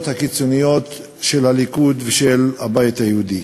הקיצוניות של הליכוד ושל הבית היהודי.